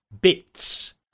bits